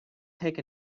take